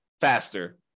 faster